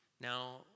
now